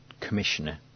commissioner